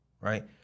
right